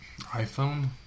iPhone